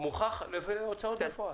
וזה מוכח לפי הוצאות הפועל.